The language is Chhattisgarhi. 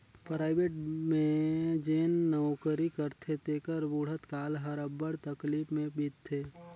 पराइबेट में जेन नउकरी करथे तेकर बुढ़त काल हर अब्बड़ तकलीफ में बीतथे